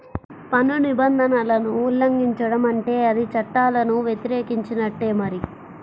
పన్ను నిబంధనలను ఉల్లంఘించడం అంటే అది చట్టాలను వ్యతిరేకించినట్టే మరి